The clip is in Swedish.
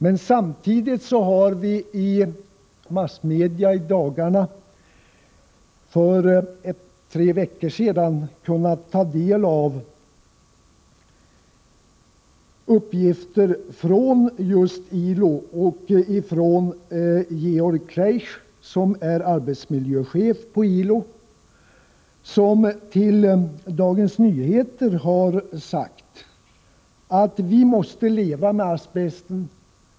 Men samtidigt har vi i massmedia, för tre veckor sedan, kunnat ta del av uppgifter från just ILO och från Georg Kliesch, som är arbetsmiljöchef på ILO. Han har till Dagens Nyheter sagt att vi måste leva med asbest.